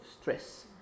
stress